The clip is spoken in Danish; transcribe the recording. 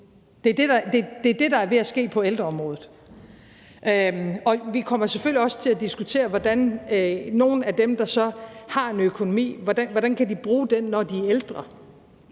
Det er det, der er ved at ske på ældreområdet. Og vi kommer selvfølgelig også til at diskutere, hvordan nogle af dem, der så har en økonomi, kan bruge den, når de er ældre.